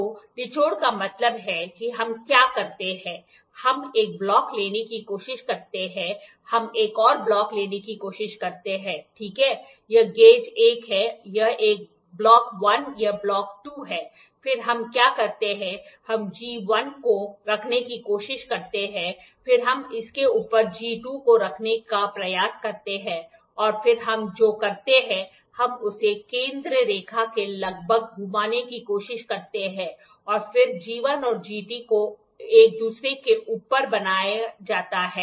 तो निछोड का मतलब है कि हम क्या करते हैं हम एक ब्लॉक लेने की कोशिश करते हैं हम एक और ब्लॉक लेने की कोशिश करते हैं ठीक है यह गेज 1 है या एक ब्लॉक 1 यह ब्लॉक 2 है फिर हम क्या करते हैं हम G 1 को रखने की कोशिश करते हैं और फिर हम इसके ऊपर G 2 को रखने का प्रयास करते हैं और फिर हम जो करते हैं हम उसे केंद्र रेखा के लगभग घुमाने की कोशिश करते हैं और फिर G 1 और G 2 को एक दूसरे के ऊपर बनाया जाता है